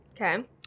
Okay